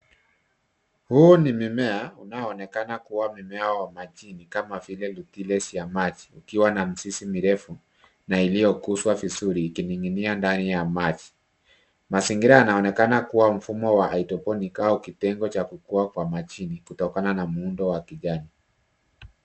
Huu ni mimea unaoonekana kuwa mimea wa majini kama vile lettuce ya maji ukiwa na mizizi mirefu na iliyokuzwa vizuri ikining'inia ndani ya maji. Mazingira yanaonekana kuwa mfumo wa haidroponiki au kitengo cha kukua kwa majini kutokana na muundo wa kijani.